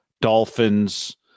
Dolphins